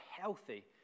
healthy